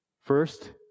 First